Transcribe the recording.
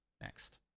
next